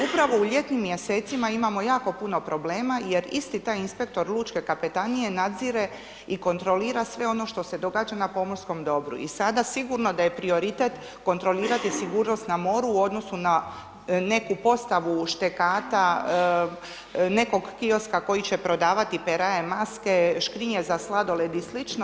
Upravo u ljetnim mjesecima imamo jako puno problema jer isti taj inspektor lučke kapetanije nadzire i kontrolira sve ono što se događa na pomorskom dobru i sada sigurno da je prioritet kontrolirati sigurnost na moru u odnosu na neki postavu štekata, nekog kioska koji će prodavati peraje, maske, škrinje za sladoled i sl.